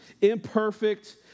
imperfect